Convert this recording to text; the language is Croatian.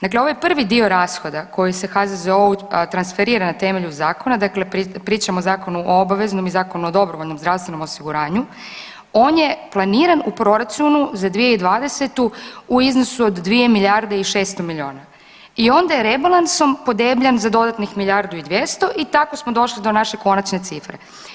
Dakle ovaj prvi dio rashoda koji se HZZO-u transferira na temelju zakona, dakle pričamo o Zakonu o obaveznom i Zakonu o dobrovoljnom zdravstvenom osiguranju, on je planiran u proračunu za 2020. u iznosu od 2 milijarde i 600 milijuna i onda je rebalansom podebljan za dodatnih milijardu i 200 i tako smo došli do naše konačne cifre.